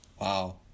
Wow